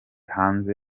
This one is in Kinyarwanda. hanze